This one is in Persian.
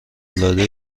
العاده